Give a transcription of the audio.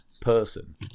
person